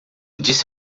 disse